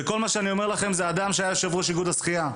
כל מה שאני אומר לכם הוא בתור אדם שהיה יושב-ראש איגוד השחייה.